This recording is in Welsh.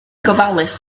gofalus